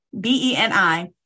B-E-N-I